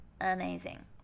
amazing